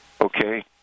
okay